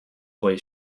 toy